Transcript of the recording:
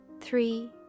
three